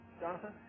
Jonathan